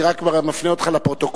אני רק מפנה אותך לפרוטוקול,